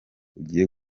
ugiye